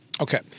Okay